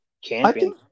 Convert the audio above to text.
champion